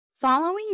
Following